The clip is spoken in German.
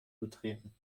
betreten